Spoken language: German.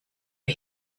der